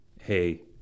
Hey